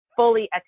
fully